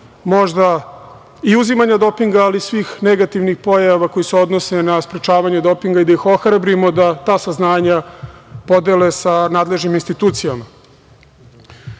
možda i uzimanja dopinga i svih negativnih pojava koje se odnose na sprečavanje dopinga i da ih ohrabrimo da ta saznanja podele sa nadležnim institucijama. Dalje,